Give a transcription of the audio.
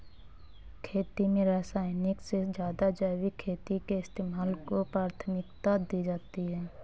खेती में रासायनिक से ज़्यादा जैविक खेती के इस्तेमाल को प्राथमिकता दी जाती है